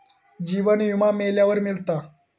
जीवन विमा मेल्यावर मिळता